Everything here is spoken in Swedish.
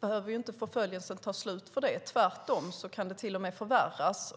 behöver inte förföljelsen ta slut. Tvärtom kan den till och med förvärras.